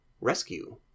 rescue